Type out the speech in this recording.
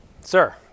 Sir